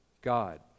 God